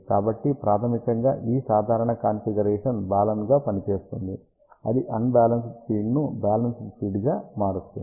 కాబట్టి ప్రాథమికంగా ఈ సాధారణ కాన్ఫిగరేషన్ బాలన్ గా పనిచేస్తుంది ఇది అన్ బ్యాలన్సేడ్ ఫీడ్ను బ్యాలెన్స్ డ్ ఫీడ్గా మారుస్తుంది